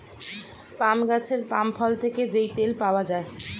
পাম গাছের পাম ফল থেকে যেই তেল পাওয়া যায়